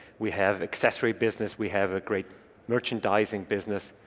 we have accessory business. we have a great merchandising business,